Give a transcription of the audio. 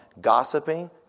gossiping